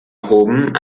erhoben